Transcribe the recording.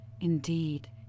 indeed